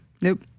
Nope